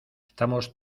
estamos